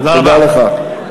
תודה לך.